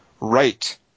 right